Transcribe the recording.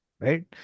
right